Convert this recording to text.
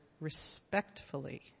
respectfully